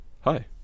Hi